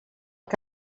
que